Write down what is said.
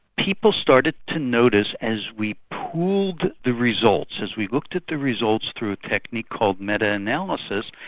people started to notice, as we pooled the results, as we looked at the results through a technique called meta-analysis,